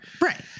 Right